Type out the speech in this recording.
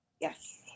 Yes